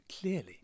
clearly